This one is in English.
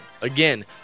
Again